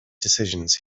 decisions